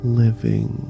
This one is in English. living